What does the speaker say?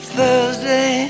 Thursday